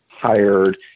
hired